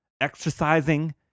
exercising